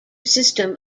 system